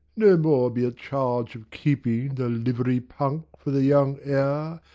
no more be at charge of keeping the livery-punk for the young heir,